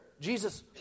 Jesus